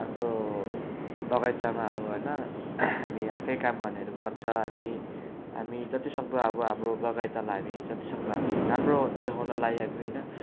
हाम्रो बगैँचामा अब होइन हामी आफै काम गर्नेहरू गर्छ अनि हामी जतिसक्दो अब हाम्रो बगैँचालाई हामी जतिसक्दो हामी राम्रो देखाउनलाई हामी होइन